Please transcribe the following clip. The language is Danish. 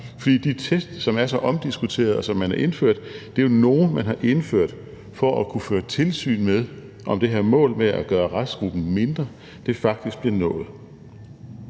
fordi de test, som man har indført, og som er så omdiskuterede, er nogle, man har indført for at kunne føre tilsyn med, om det her mål om at gøre restgruppen mindre faktisk bliver nået.